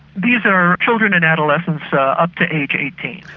these are children and adolescents up to age eighteen.